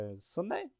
Sunday